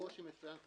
קושי מסוים עם